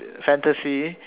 fantasy